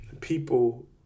people